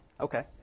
okay